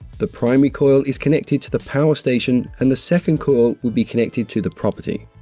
the primary coil is connected to the power station and the second coil will be connected to the property.